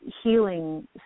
healing